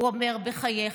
הוא אומר: 'בחייך,